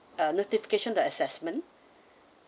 uh notification the assessment